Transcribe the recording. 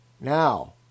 Now